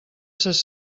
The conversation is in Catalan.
ses